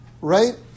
right